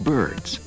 Birds